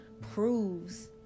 proves